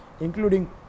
including